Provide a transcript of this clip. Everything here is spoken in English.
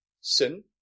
Sin